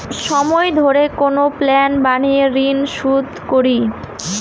সময় ধরে কোনো প্ল্যান বানিয়ে ঋন শুধ করি